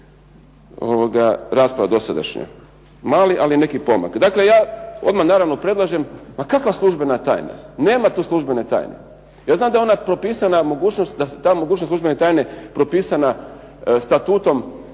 rasprava dosadašnja, mali ali neki pomak. Dakle ja odmah naravno predlažem ma kakva službena tajna, nema tu službene tajne. Ja znam da je propisana ta mogućnost službene tajne, propisana Statutom